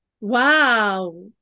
Wow